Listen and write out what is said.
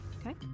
Okay